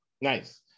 Nice